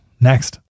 next